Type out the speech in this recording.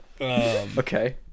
Okay